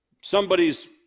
Somebody's